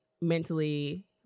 mentally